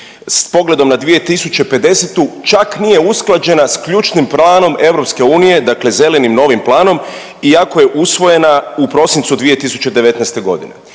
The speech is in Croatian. s pogledom na 2050. čak nije usklađena sa ključnim planom EU, dakle zelenim novim planom iako je usvojena u prosincu 2019. godine.